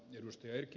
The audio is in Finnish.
arvoisa puhemies